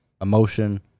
emotion